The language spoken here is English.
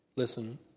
Listen